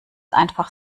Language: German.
einfach